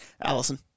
Allison